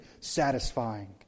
satisfying